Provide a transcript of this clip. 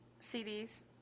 CDs